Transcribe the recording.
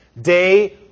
Day